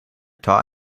taught